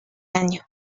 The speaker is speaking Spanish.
año